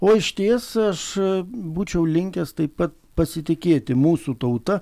o išties aš būčiau linkęs taip pat pasitikėti mūsų tauta